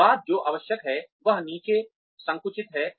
के बाद जो आवश्यक है वह नीचे संकुचित है